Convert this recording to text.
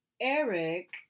Eric